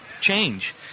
change